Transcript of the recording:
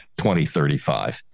2035